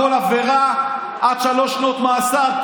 כל עבירה עד שלוש שנות מאסר,